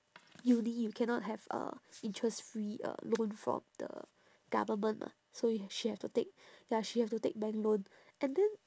uni you cannot have a interest free uh loan from the government lah so you ha~ she have to take ya she have to bank loan and then